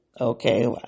Okay